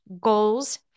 goals